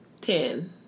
Ten